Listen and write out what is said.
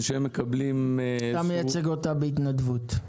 שהן מקבלות --- אתה מייצג אותה בהתנדבות.